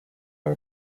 are